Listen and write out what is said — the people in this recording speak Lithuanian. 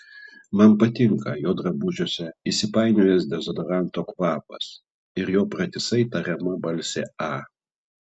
man patinka jo drabužiuose įsipainiojęs dezodoranto kvapas ir jo pratisai tariama balsė a